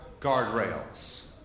guardrails